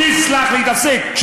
תסלח לי, תפסיק.